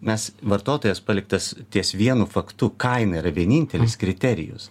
mes vartotojas paliktas ties vienu faktu kaina yra vienintelis kriterijus